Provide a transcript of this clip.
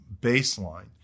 baseline